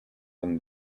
than